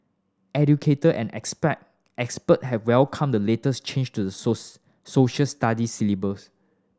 educator and expect expert have welcomed the latest change to the souls Social Studies syllabus